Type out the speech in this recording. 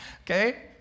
okay